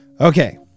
Okay